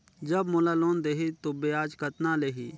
जब मोला लोन देही तो ब्याज कतना लेही?